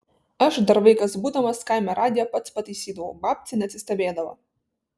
aš dar vaikas būdamas kaime radiją pats pataisydavau babcė neatsistebėdavo